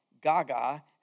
Gaga